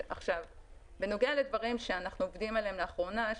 בנוגע לדברים שאנחנו עובדים עליהם לאחרונה,